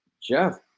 Jeff